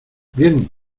bien